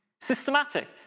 Systematic